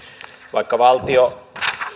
vaikka valtio